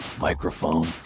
microphone